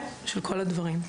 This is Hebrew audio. כן, של כל הדברים.